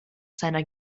seiner